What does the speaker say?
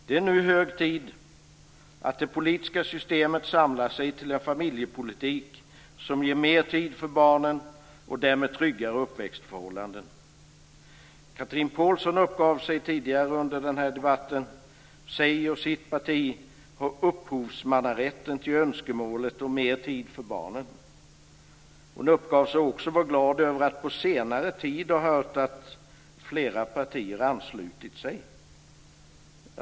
Det är nu hög tid att det politiska systemet samlar sig till en familjepolitik som ger mer tid för barnen och därmed tryggare uppväxtförhållanden. Chatrine Pålsson uppgav tidigare under den här debatten att hon och hennes parti hade upphovsmannarätten till önskemålet om mer tid för barnen. Hon uppgav också att hon var glad över att på senare tid ha hört att flera partier anslutit sig till detta.